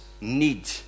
need